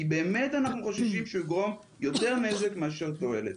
כי הוא יגרום יותר נזק מאשר תועלת.